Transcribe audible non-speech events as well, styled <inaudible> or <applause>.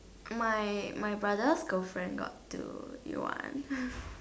my my brother's girlfriend got two new one <noise>